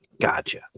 Gotcha